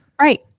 right